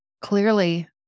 Clearly